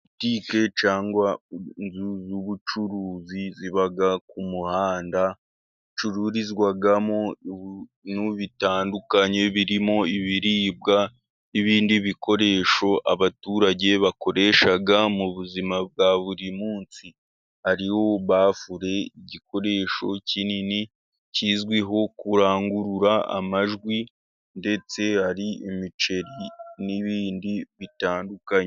Botike cyangwa inzu z'ubucuruzi ziba ku muhanda. Zicururizwamo ibintu bitandukanye birimo ibiribwa n'ibindi bikoresho, abaturage bakoresha mu buzima bwa buri munsi. Hariho bafure, igikoresho kinini kizwiho kurangurura amajwi, ndetse hari imiceri n'ibindi bitandukanye.